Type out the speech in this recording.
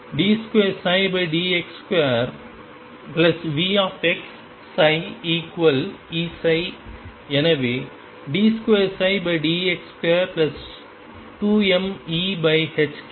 எனவே d2dx22mE2ψ0 0